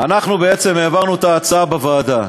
אנחנו בעצם העברנו את ההצעה בוועדה,